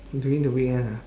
during the weekend ah